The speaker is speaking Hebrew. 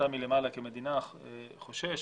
כשאתה מלמעלה כמדינה חושש,